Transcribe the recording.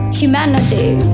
humanity